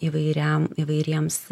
įvairiam įvairiems